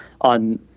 on